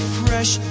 fresh